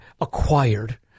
acquired